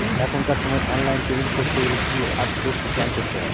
এখনকার সময় online payment করতে গেলে কিউ.আর কোড স্ক্যান করতে হয়